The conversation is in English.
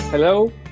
Hello